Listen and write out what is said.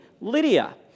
Lydia